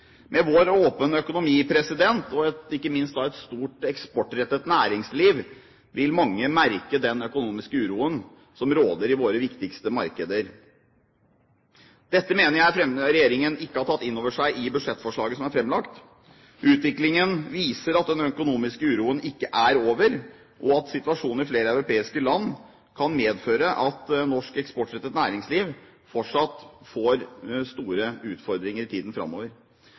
Med vår åpne økonomi og ikke minst et stort eksportrettet næringsliv vil mange merke den økonomiske uroen som råder i våre viktigste markeder. Dette mener jeg regjeringen ikke har tatt inn over seg i budsjettforslaget som er framlagt. Utviklingen viser at den økonomiske uroen ikke er over, og at situasjonen i flere europeiske land kan medføre at norsk eksportrettet næringsliv fortsatt får store utfordringer i tiden framover.